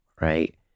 right